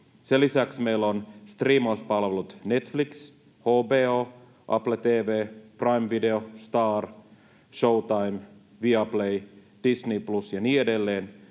Sen lisäksi meillä on striimauspalvelut — Netflix, HBO, Apple TV, Prime Video, Star, Showtime, Viaplay, Disney+ ja niin edelleen